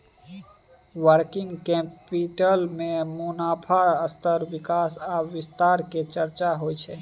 working capital में मुनाफ़ा स्तर विकास आ विस्तार के चर्चा होइ छइ